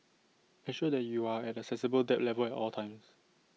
ensure that you are at A sensible debt level at all times